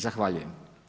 Zahvaljujem.